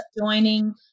joining